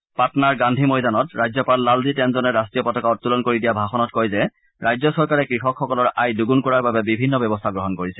বিহাৰৰ পাটনাৰ গান্ধী ময়দানত ৰাজ্যপাল লালজী টেশুনে ৰাষ্টীয় পতাকা উত্তোলন কৰি দিয়া ভাষণত কয় যে ৰাজ্য চৰকাৰে কৃষকসকলৰ আয় দুগুণ কৰাৰ বাবে বিভিন্ন ব্যৱস্থা গ্ৰহণ কৰিছে